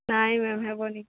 ନାଇଁ ମ୍ୟାମ୍ ହେବନି